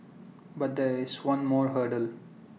but there is one more hurdle